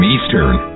Eastern